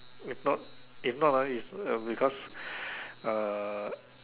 if not if not ah it's because uh